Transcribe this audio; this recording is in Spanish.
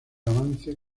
avance